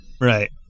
Right